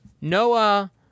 Noah